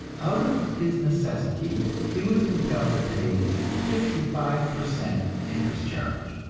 out of his necessity he was compelled to pay fifty five per cent interest charge.